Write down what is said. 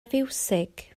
fiwsig